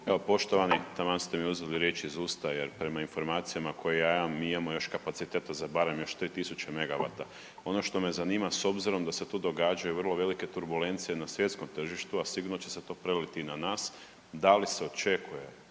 Evo poštovani, taman ste mi uzeli riječ iz usta jer prema informacijama koje ja imam mi imamo još kapaciteta za barem još 3000 megavata. Ono što me zanima s obzirom da se tu događaju vrlo velike turbulencije na svjetskom tržištu, a sigurno će se to preliti i na nas, da li se očekuje